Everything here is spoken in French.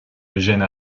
eugène